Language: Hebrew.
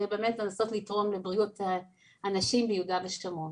באמת לנסות ולתרום לבריאות הנשים ביהודה ושומרון.